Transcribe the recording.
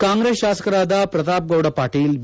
ಕಾಂಗ್ರೆಸ್ ಶಾಸಕರಾದ ಪ್ರತಾಪ್ಗೌಡ ಪಾಟೀಲ್ ಬಿ